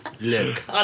Look